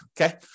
okay